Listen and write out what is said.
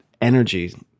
energy